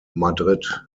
madrid